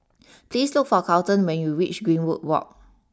please look for Carleton when you reach Greenwood walk